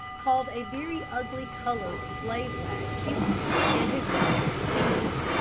called a very ugly colored slave-lad cupid, and his mother venus.